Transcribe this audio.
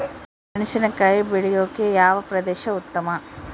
ಮೆಣಸಿನಕಾಯಿ ಬೆಳೆಯೊಕೆ ಯಾವ ಪ್ರದೇಶ ಉತ್ತಮ?